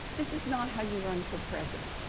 this is not how you run for president.